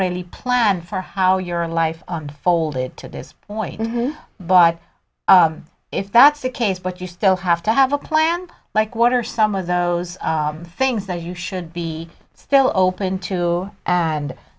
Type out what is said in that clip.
really plan for how your life folded to this point but if that's the case but you still have to have a plan like what are some of those things that you should be still open to and